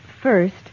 first